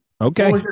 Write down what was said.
Okay